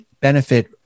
benefit